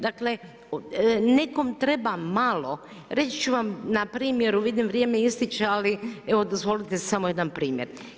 Dakle, nekom treba malo, reći ću vam na primjeru, vidim vrijeme ističe ali evo dozvolite samo jedan primjer.